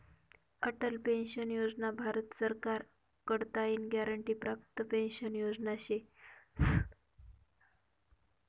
Atal pension योजना भारत सरकार कडताईन ग्यारंटी प्राप्त पेंशन योजना शे